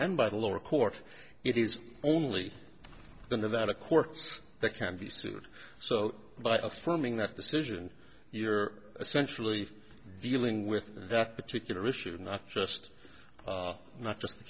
and by the lower court it is only the nevada courts that can be sued so by affirming that decision you're essentially dealing with that particular issue not just not just the